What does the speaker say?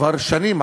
כבר שנים,